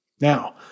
Now